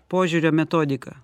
požiūrio metodiką